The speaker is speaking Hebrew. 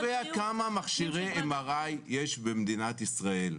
מי קובע כמה מכשירי MRI יש במדינת ישראל?